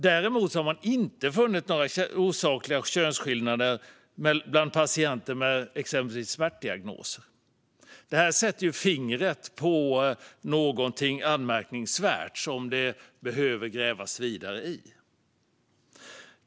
Däremot har man inte funnit några osakliga könsskillnader bland patienter med exempelvis smärtdiagnos. Detta sätter fingret på något annat anmärkningsvärt som man behöver gräva vidare i.